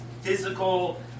physical